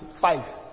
five